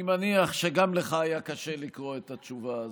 אני מניח שגם לך היה קשה לקרוא את התשובה הזאת.